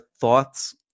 thoughts